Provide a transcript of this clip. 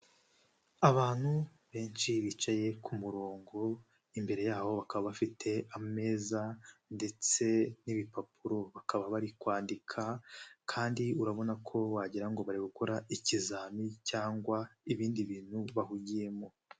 Abantu benshi bicaye ku murongo imbere yabo bakaba bafite ameza ndetse n'ibipapuro bakaba bari kwandika, kandi urabona ko wagira ngo bari gukora ikizami, cyangwa ibindi bintu bahugiyemo.